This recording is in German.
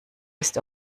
ist